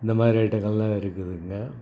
இந்த மாதிரி ஐட்டங்கள்லாம் இருக்குதுங்க